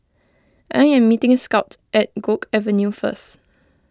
I am meeting Scot at Guok Avenue first